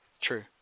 True